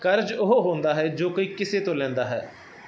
ਕਰਜ਼ ਉਹ ਹੁੰਦਾ ਹੈ ਜੋ ਕੋਈ ਕਿਸੇ ਤੋਂ ਲੈਂਦਾ ਹੈ